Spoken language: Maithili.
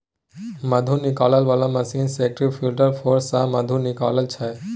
मधु निकालै बला मशीन सेंट्रिफ्युगल फोर्स सँ मधु निकालै छै